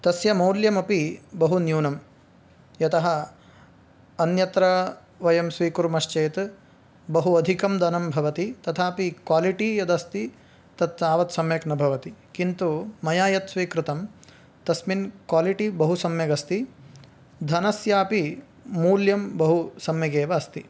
तस्य मूल्यमपि बहुन्यूनं यतः अन्यत्र वयं स्वीकुर्मश्चेत् बहु अधिकं धनं भवति तथापि क्वालिटि यदस्ति तत् तावत् सम्यक् न भवति किन्तु मया यत् स्वीकृतं तस्मिन् क्वालिटि बहुसम्यगस्ति धनस्यापि मूल्यं बहुसम्यगेव अस्ति